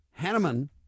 Hanneman